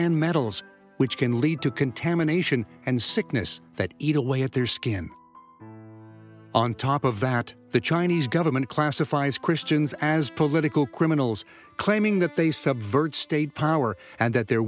and metals which can lead to contamination and sickness that eat away at their skin on top of that the chinese government classifies christians as political criminals claiming that they subvert state power and that they're